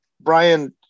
Brian